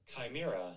Chimera